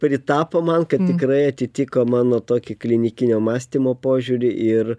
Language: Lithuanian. pritapo man kad tikrai atitiko mano tokį klinikinio mąstymo požiūrį ir